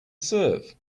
serve